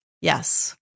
yes